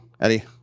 Eddie